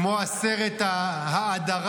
כמו סרט ההאדרה,